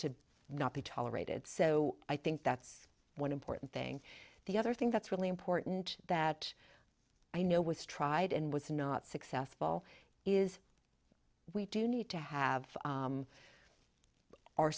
to not be tolerated so i think that's one important thing the other thing that's really important that i know was tried and was not successful is we do need to have